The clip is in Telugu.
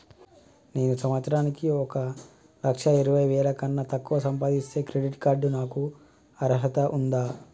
నేను సంవత్సరానికి ఒక లక్ష ఇరవై వేల కన్నా తక్కువ సంపాదిస్తే క్రెడిట్ కార్డ్ కు నాకు అర్హత ఉందా?